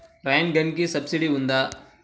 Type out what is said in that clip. Rain గన్కి subsidy ఉందా?